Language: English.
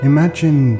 Imagine